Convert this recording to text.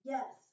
Yes